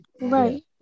Right